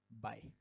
bye